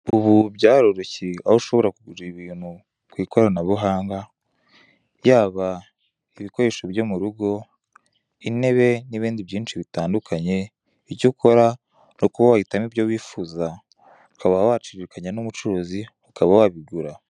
Ubu byaroroshye aho ushobora kugurira ibintu ku ikoranabuhanga: yaba ibikoresho byo mu rugo, intebe n'ibindi byinshi bitandukanye; icyo ukora ni ukuba wahitamo ibyo wifuza, ukaba waciririkanya n'umucuruzi, ukaba wabigura.